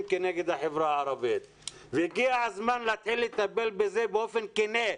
כנגד החברה הערבית והגיע הזמן להתחיל לטפל באופן כנה.